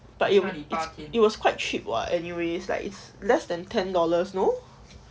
but it it's was quite cheap [what] anyways like it's less than ten dollars no